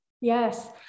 Yes